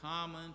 common